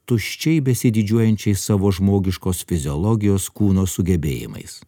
tuščiai besididžiuojančiais savo žmogiškos fiziologijos kūno sugebėjimais